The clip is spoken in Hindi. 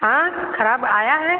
हाँ खराब आया है